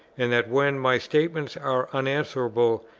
and that when my statements are unanswerable,